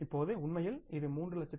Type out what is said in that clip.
இப்போது உண்மையில் இது 3